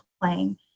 playing